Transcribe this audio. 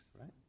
right